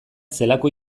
zelako